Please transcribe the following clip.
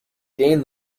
gained